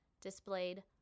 displayed